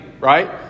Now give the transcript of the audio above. right